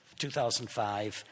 2005